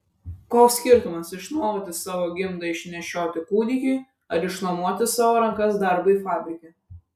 koks skirtumas išnuomoti savo gimdą išnešioti kūdikiui ar išnuomoti savo rankas darbui fabrike